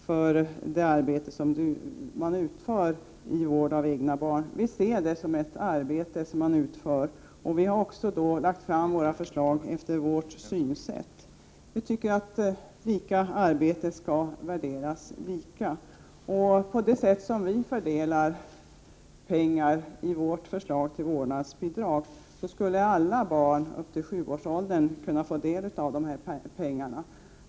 för det arbete som de utför vid vård av egna barn. Vi ser vård av egna barn som ett arbete man utför, och vi har lagt fram förslag efter vårt synsätt. Vi tycker att lika arbete skall värderas lika. På det sätt som vi fördelar pengar i vårt förslag till vårdnadsbidrag skulle alla barn upp till sjuårsåldern kunna få del av pengarna.